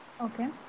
Okay